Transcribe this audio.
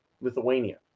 Lithuania